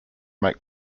make